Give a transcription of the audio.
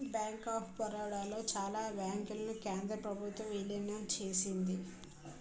bank of Baroda లో చాలా బ్యాంకులను కేంద్ర ప్రభుత్వం విలీనం చేసింది